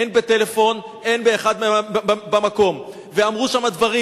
הן בטלפון והן במקום, ואמרו שם דברים.